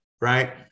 right